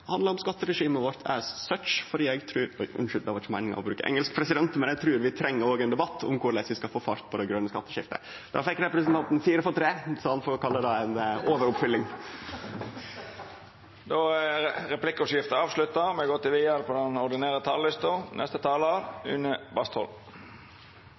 det handlar om ekstra sårbare område eller om korleis vi bør ha eit meir provenynøytralt skatteregime. Og det må handle om skatteregimet vårt «as such» – unnskyld, president, det var ikkje meininga å bruke engelsk – for eg trur vi òg treng ein debatt om korleis vi skal få fart på det grøne skatteskiftet. Då fekk representanten fire for tre! Replikkordskiftet er avslutta.